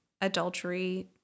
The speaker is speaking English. adultery